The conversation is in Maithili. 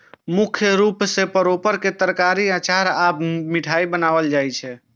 मुख्य रूप सं परोर के तरकारी, अचार आ मिठाइ बनायल जाइ छै